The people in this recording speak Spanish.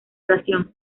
oración